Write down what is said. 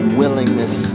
willingness